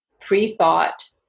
pre-thought